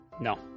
No